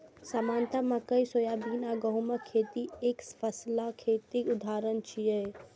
सामान्यतः मकइ, सोयाबीन आ गहूमक खेती एकफसला खेतीक उदाहरण छियै